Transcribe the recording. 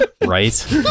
Right